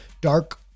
Dark